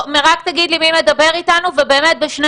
רק תגיד לי מי מדבר איתנו ובאמת בשני